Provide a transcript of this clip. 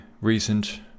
recent